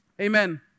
Amen